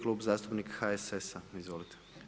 Klub zastupnika HSS-a, izvolite.